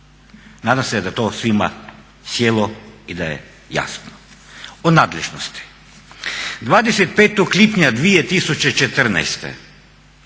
Nadam se da je to svima sjelo i da je jasno, o nadležnosti. 25. lipnja 2014.